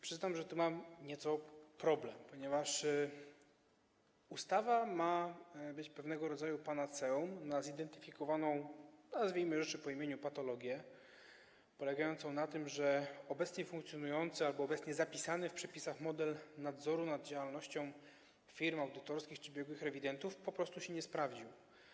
Przyznam, że tu mam problem, ponieważ ustawa ma być pewnego rodzaju panaceum na zidentyfikowaną, nazwijmy rzeczy po imieniu, patologię polegającą na tym, że obecnie funkcjonujący albo obecnie zapisany w przepisach model nadzoru nad działalnością firm audytorskich czy biegłych rewidentów po prostu się nie sprawdził.